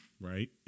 right